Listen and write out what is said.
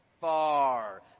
far